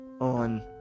on